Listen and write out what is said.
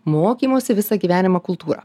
mokymosi visą gyvenimą kultūrą